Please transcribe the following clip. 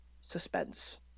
suspense